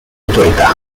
autorità